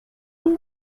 you